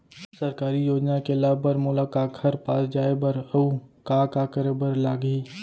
सरकारी योजना के लाभ बर मोला काखर पास जाए बर अऊ का का करे बर लागही?